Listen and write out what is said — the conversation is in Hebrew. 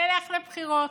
נלך לבחירות.